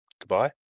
Goodbye